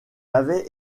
avait